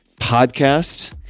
podcast